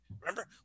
Remember